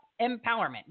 Empowerment